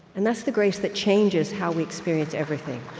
and that's the grace that changes how we experience everything